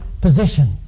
position